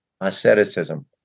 Asceticism